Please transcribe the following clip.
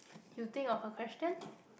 you think of a question